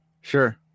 Sure